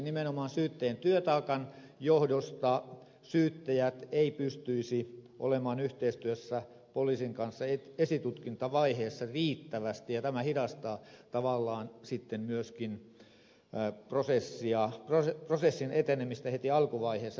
nimenomaan syyttäjien työtaakan johdosta syyttäjät eivät pystyisi olemaan yhteistyössä poliisin kanssa esitutkintavaiheessa riittävästi ja tämä hidastaa tavallaan sitten myöskin prosessin etenemistä heti alkuvaiheessa